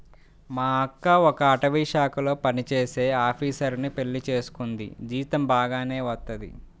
మా అక్క ఒక అటవీశాఖలో పనిజేసే ఆపీసరుని పెళ్లి చేసుకుంది, జీతం బాగానే వత్తది